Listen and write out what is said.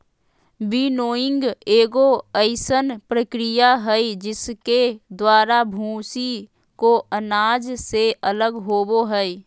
winnowing एगो अइसन प्रक्रिया हइ जिसके द्वारा भूसी को अनाज से अलग होबो हइ